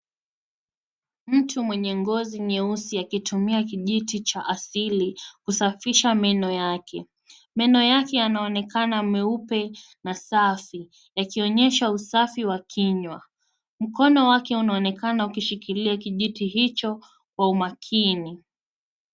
Mtu mwenye ngozi nyeusi akitumia kijiti cha asili kusafisha meno yake. Meno yake yanaonekana meupe na safi yakionyesha usafi wa kinywa. Mkono wake unaonekana ukishikilia kijiti hicho kwa umakini.